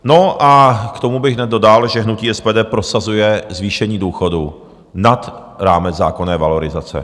A k tomu bych hned dodal, že hnutí SPD prosazuje zvýšení důchodů nad rámec zákonné valorizace.